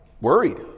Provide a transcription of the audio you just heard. worried